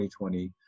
2020